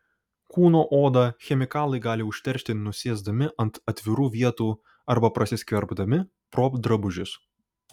kūno odą chemikalai gali užteršti nusėsdami ant atvirų vietų arba prasiskverbdami pro drabužius